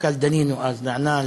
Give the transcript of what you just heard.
המפכ"ל דנינו אז נענה,